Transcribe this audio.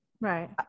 Right